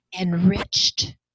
enriched